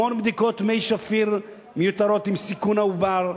המון בדיקות מי שפיר מיותרות, עם סיכון העובר,